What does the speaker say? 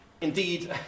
Indeed